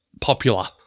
popular